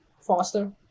faster